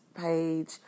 page